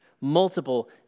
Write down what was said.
multiple